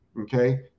Okay